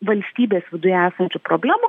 valstybės viduje esančių problemų